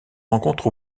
rencontre